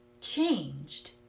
changed